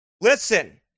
Listen